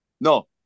no